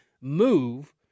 move